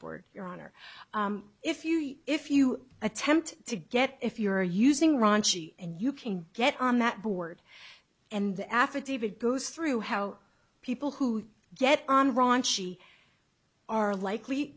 board your honor if you use if you attempt to get if you're using raunchy and you can get on that board and the affidavit goes through how people who get on raunchy are likely